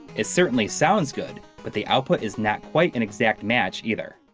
it certainly sounds good, but the output is not quite an exact match either.